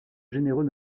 généreux